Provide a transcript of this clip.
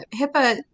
HIPAA